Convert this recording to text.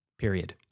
Period